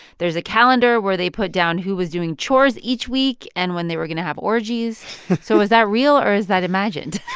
there's a calendar, where they put down who was doing chores each week and when they were going to have orgies so is that real or is that imagined?